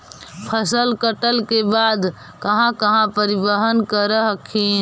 फसल कटल के बाद कहा कहा परिबहन कर हखिन?